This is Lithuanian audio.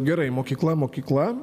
gerai mokykla mokykla